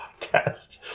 podcast